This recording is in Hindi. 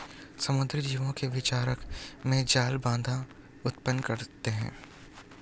समुद्री जीवों के विचरण में जाल बाधा उत्पन्न करता है